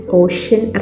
ocean